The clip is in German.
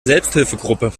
selbsthilfegruppe